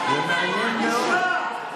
זה מעניין מאוד.